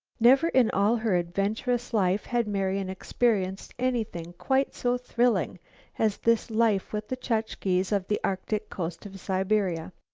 never in all her adventurous life had marian experienced anything quite so thrilling as this life with the chukches of the arctic coast of siberia.